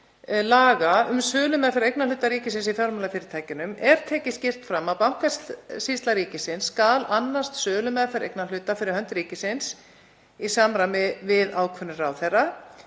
laga um sölumeðferð eignarhluta ríkisins í fjármálafyrirtækjum er tekið skýrt fram að Bankasýsla ríkisins skuli annast sölumeðferð eignarhluta fyrir hönd ríkisins í samræmi við ákvörðun ráðherra,